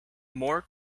more